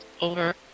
over